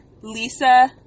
lisa